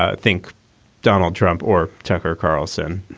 ah think donald trump or tucker carlson